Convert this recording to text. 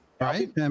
right